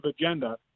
agenda